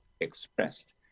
expressed